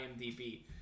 imdb